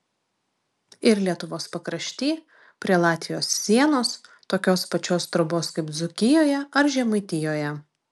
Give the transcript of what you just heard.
ir lietuvos pakrašty prie latvijos sienos tokios pačios trobos kaip dzūkijoje ar žemaitijoje